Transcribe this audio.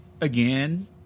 again